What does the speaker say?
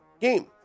game